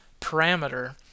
parameter